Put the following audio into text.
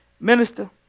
minister